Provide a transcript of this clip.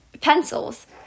pencils